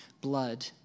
blood